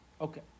Okay